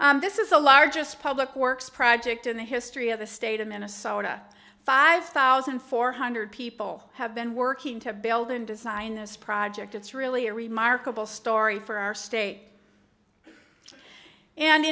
eleven this is the largest public works project in the history of the state of minnesota five thousand four hundred people have been working to build and design this project it's really a remarkable story for our state and